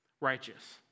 righteous